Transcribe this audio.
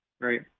Right